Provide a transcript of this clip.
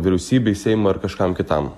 vyriausybei seimui ar kažkam kitam